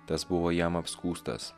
tas buvo jam apskųstas